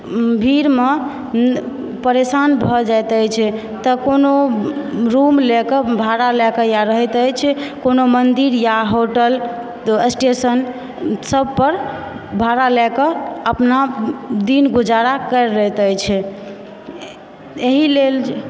भीड़मऽ परेशान भऽ जाइत अछि तऽ कोनो रुम लयकऽ भाड़ा लयकऽ वा रहैत अछि कोनो मन्दिर वा होटल स्टेशनसभ पर भाड़ा लयकऽ अपना दिन गुजारा करैत अछि एहिलेल